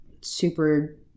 super